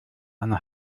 eine